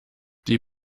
die